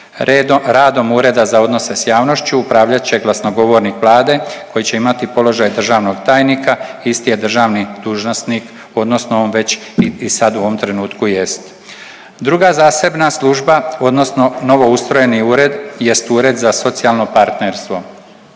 radom Ureda za odnose s javnošću upravljat će glasnogovornik Vlade koji će imati položaj državnog tajnika, isti je državni dužnosnik odnosno on već i sad u ovom trenutku jest. Druga zasebna služba odnosno novoustrojeni ured jest Ured za socijalno partnerstvo.